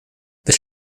the